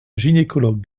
gynécologue